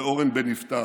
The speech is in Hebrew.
ואורן בן יפתח,